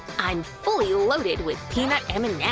i'm fully loaded with peanut m and yeah